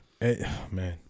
man